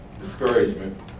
discouragement